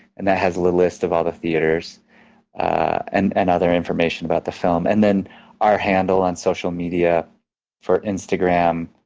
and that has the list of all the theaters and and other information about the film. and then our handle on social media for instagram,